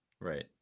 Right